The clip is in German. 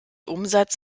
umsatz